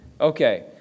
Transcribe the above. Okay